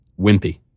wimpy